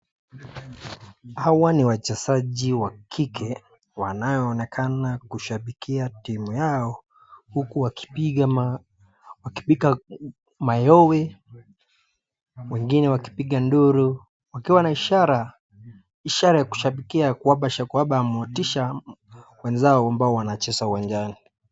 Hawa ni wachezaji wa kike wanayo onekana kushabikia timu yao, huku wakipiga mayoee wengine wakipiga nduru wakiwa ni ishara ya kushabikia ya kwamba ni motisha wenzao ambao wanacheza uwanjani.